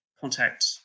contact